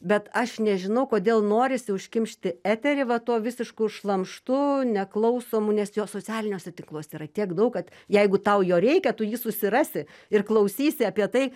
bet aš nežinau kodėl norisi užkimšti eterį va tuo visišku šlamštu neklausomu nes jo socialiniuose tinkluose yra tiek daug kad jeigu tau jo reikia tu jį susirasi ir klausysi apie tai